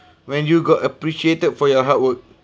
when you got appreciated for your hard work